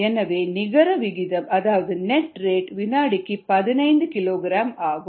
எனவே நிகர விகிதம் அதாவது நெட் ரேட் வினாடிக்கு 15 கிலோகிராம் ஆகும்